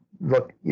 look